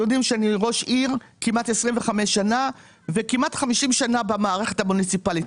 שאני ראש עיר כמעט 25 שנים וכמעט 50 שנים במערכת המוניציפאלית,